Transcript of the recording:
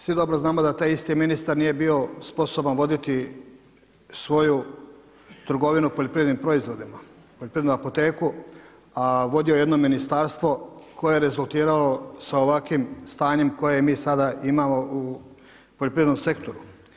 Svi dobro znamo da taj isti ministar nije bio sposoban voditi svoju trgovinu poljoprivrednim proizvodima, poljoprivrednu apoteku, a vodio je jedno ministarstvo koje je rezultiralo sa ovakvim stanjem koje mi sada imamo u poljoprivrednom sektoru.